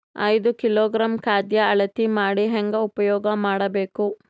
ಐದು ಕಿಲೋಗ್ರಾಂ ಖಾದ್ಯ ಅಳತಿ ಮಾಡಿ ಹೇಂಗ ಉಪಯೋಗ ಮಾಡಬೇಕು?